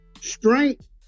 strength